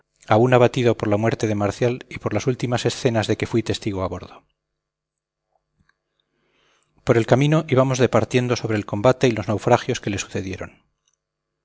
aún abatido por la muerte de marcial y por las últimas escenas de que fui testigo a bordo por el camino íbamos departiendo sobre el combate y los naufragios que le sucedieron